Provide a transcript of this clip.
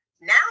Now